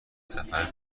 سفر